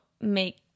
make